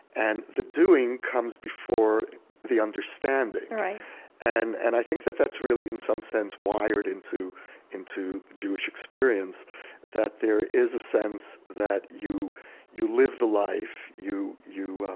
and the doing comes before the understanding right and and i think that that's really in some sense wired into the jewish experience that there is a sense that you you live the life, you you